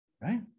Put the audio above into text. right